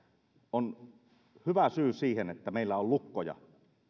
on hyvä syy siihen että meillä on lukkoja